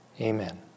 Amen